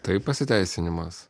tai pasiteisinimas